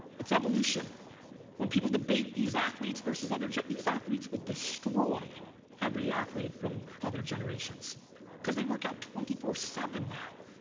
it's evolution when people debate these athletes versus others, yet these athletes would destroy every athlete from other generations because they work out twenty four seven now,